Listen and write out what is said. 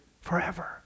forever